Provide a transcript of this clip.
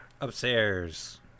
upstairs